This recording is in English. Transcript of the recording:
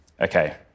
Okay